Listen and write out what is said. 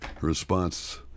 response